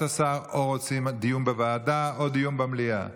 השר או רוצים דיון בוועדה או דיון במליאה.